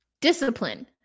discipline